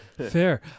Fair